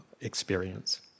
experience